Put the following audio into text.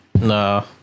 No